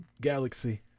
Galaxy